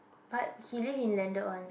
but he live in landed one